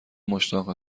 مشتاق